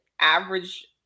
average